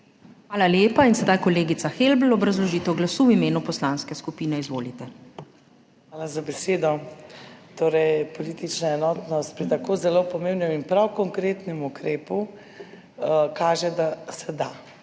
Hvala lepa. In sedaj kolegica Helbl, obrazložitev glasu v imenu poslanske skupine. Izvolite. ALENKA HELBL (PS SDS): Hvala za besedo. Torej, politična enotnost pri tako zelo pomembnem in prav konkretnem ukrepu kaže, da se da,